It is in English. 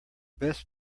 best